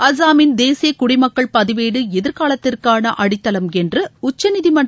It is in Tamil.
அசாமின் தேசிய குடிமக்கள் பதிவேடுஎதிர்காலத்திற்காள அடித்தளம் என்று உச்சநீதிமன்ற